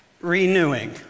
renewing